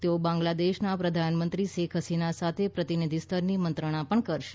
તેઓ બાંગ્લાદેશના પ્રધાનમંત્રી શેખ હસીના સાથે પ્રતિનિધિ સ્તરની મંત્રણા પણ કરશે